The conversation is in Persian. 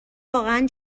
واقعا